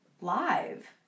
live